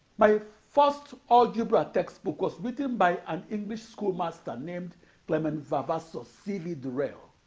my first algebra textbook was written by an english schoolmaster named clement vavasor cv durell.